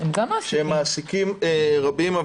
שהם מעסיקים רבים.